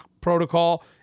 protocol